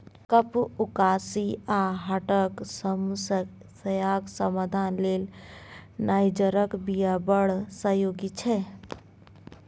कफ, उकासी आ हार्टक समस्याक समाधान लेल नाइजरक बीया बड़ सहयोगी छै